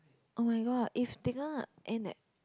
oh-my-god if they gonna end at